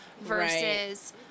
versus